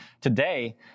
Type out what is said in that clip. today